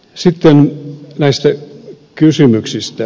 sitten näistä kysymyksistä